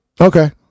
Okay